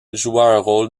rôle